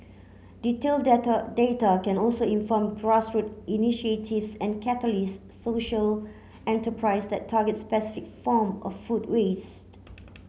detailed data can also inform initiatives and catalyse social enterprise that target specific form of food waste